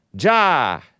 Ja